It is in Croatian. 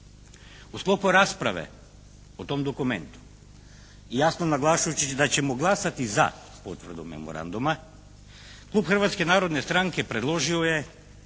U sklopu rasprave o tom dokumentu, jasno naglašujući da ćemo glasati za potvrdu Memoranduma klub Hrvatske narodne stranke predložio je,